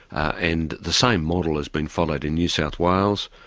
and the same model has been followed in new south wales,